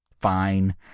fine